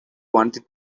wanted